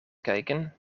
kijken